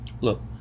look